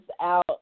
out